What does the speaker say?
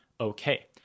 okay